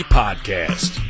podcast